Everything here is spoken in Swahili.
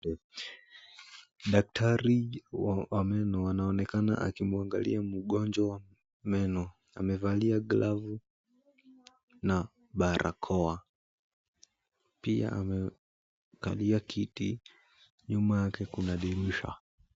Daktari wa meno anaonekana akimuangalia mgonjwa meno. Amevalia glavu na barakoa. Pia amekalia kiti. Nyuma yake kuna dirisha.